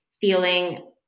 feeling